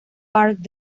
park